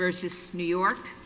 versus new york